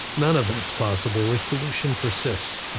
none of that's possible if pollution persists.